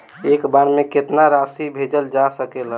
एक बार में केतना राशि भेजल जा सकेला?